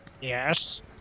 Yes